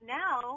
now